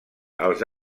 els